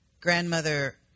Grandmother